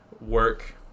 work